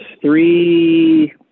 three